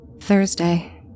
Thursday